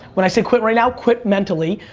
when i say quit right now, quit mentally,